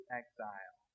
exile